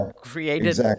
created